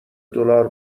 دلار